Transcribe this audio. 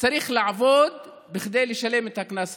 צריך לעבוד כדי לשלם את הקנס הזה?